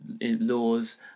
laws